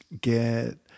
get